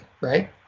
right